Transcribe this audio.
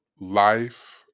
life